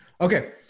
Okay